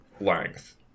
length